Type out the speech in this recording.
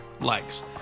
likes